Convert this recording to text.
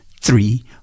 Three